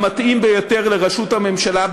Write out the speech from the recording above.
כמתאים ביותר לראשות הממשלה,